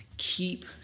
Keep